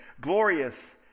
glorious